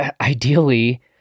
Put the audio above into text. ideally